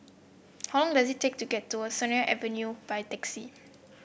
how long does it take to get to Sennett Avenue by taxi